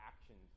actions